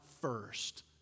first